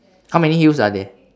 how many hills are there